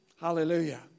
Hallelujah